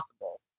possible